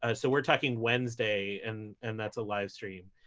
ah so we're talking wednesday, and and that's a live stream.